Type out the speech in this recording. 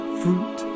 fruit